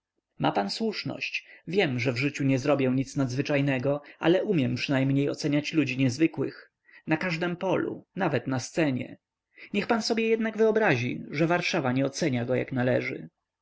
ma pan słuszność wiem że w życiu nie zrobię nic nadzwyczajnego ale umiem przynajmniej oceniać ludzi niezwykłych na każdem polu nawet na scenie niech pan sobie jednak wyobrazi że warszawa nie ocenia go jak należy